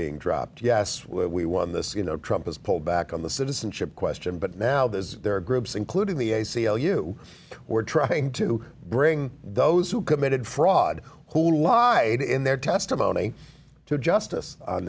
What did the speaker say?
being dropped yes we won this you know trump has pulled back on the citizenship question but now that there are groups including the a c l u we're trying to bring those who committed fraud who lied in their testimony to justice